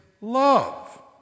love